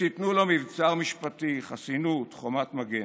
ותיתנו לו מבצר משפטי, חסינות, חומת מגן.